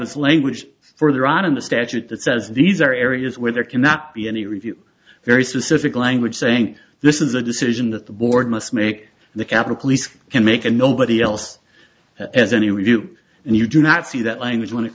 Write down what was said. have is language further on in the statute that says these are areas where there cannot be any review very specific language saying this is a decision that the board must make the capitol police can make and nobody else as any review and you do not see that language when it